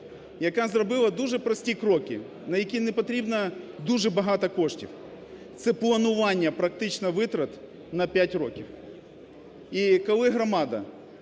яка зробила дуже прості кроки, на які не потрібно дуже багато коштів, це планування практично витрат на 5 років. І, коли громада,